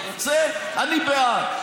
ובתשומת לב עד כדי כך שאני גם רוצה לענות עליהם.